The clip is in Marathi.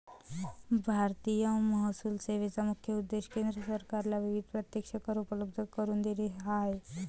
भारतीय महसूल सेवेचा मुख्य उद्देश केंद्र सरकारला विविध प्रत्यक्ष कर उपलब्ध करून देणे हा आहे